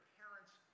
parents